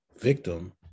victim